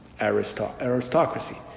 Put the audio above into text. aristocracy